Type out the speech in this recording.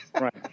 Right